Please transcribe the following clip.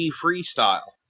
freestyle